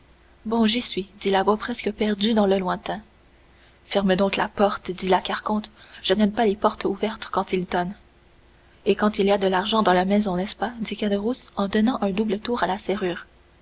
bon j'y suis dit la voix presque perdue dans le lointain ferme donc la porte dit la carconte je n'aime pas les portes ouvertes quand il tonne et quand il y a de l'argent dans la maison n'est-ce pas dit caderousse en donnant un double tour à la serrure